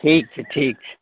ठीक छै ठीक छै